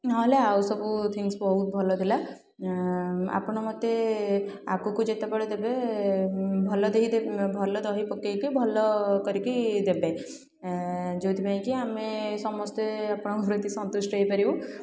ନହଲେ ଆଉ ସବୁ ଥିଙ୍ଗସ୍ ବହୁତ ଭଲ ଥିଲା ଆପଣ ମୋତେ ଆଗକୁ ଯେତେବେଳେ ଦେବେ ଭଲ ଦହି ଦେ ଭଲ ଦହି ପକେଇକି ଭଲ କରିକି ଦେବେ ଯେଉଁଥିପାଇଁକି ଆମେ ସମସ୍ତେ ଆପଣଙ୍କ ପ୍ରତି ସନ୍ତୁଷ୍ଟ ହେଇପାରିବୁ